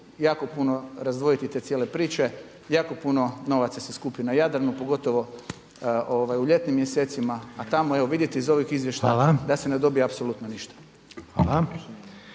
jako puno razdvojiti te cijele priče. Jako puno novaca se skupi na Jadranu pogotovo u ljetnim mjesecima. A tamo evo vidite iz ovih izvještaja … …/Upadica